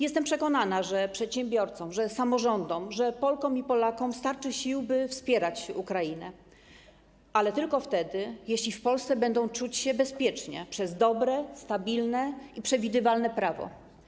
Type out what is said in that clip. Jestem przekonana, że przedsiębiorcom, samorządom, Polkom i Polakom starczy sił, by wspierać Ukrainę, ale tylko wtedy, gdy w Polsce będą czuć się bezpiecznie dzięki dobremu, stabilnemu i przewidywalnemu prawu.